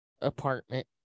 apartment